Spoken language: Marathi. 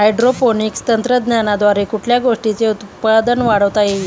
हायड्रोपोनिक्स तंत्रज्ञानाद्वारे कुठल्या गोष्टीचे उत्पादन वाढवता येईल?